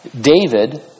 David